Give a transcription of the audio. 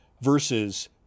versus